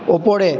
ওপরে